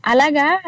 Alaga